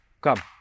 Come